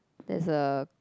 there's a